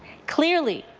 clearly,